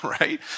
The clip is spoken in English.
Right